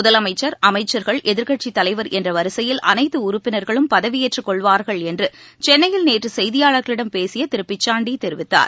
முதலமைச்சர் அமச்சர்கள் எதிர்க்கட்சித் தலைவர் என்ற வரிசையில் அனைத்து உறுப்பினர்களும் பதவியேற்றுக்கொள்வார்கள் என்று சென்னையில் நேற்று செய்தியாளர்களிடம் பேசிய திரு பிச்சாண்டி தெரிவித்தார்